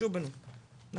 אנחנו